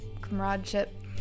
comradeship